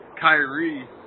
Kyrie